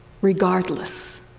regardless